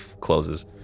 closes